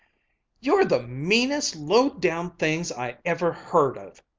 you're the meanest low-down things i ever heard of!